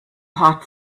hot